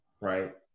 right